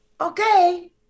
okay